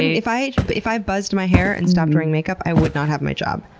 if i but if i buzzed my hair and stopped wearing makeup, i would not have my job.